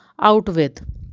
Outwith